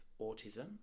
autism